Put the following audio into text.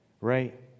Right